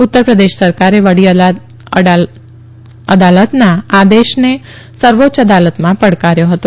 ઉત્તર પ્રદેશ સરકારે વડી અદાલતના આદેશને સર્વોચ્ય અદાલતમાં પડકાર્યો હતો